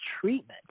treatment